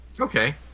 Okay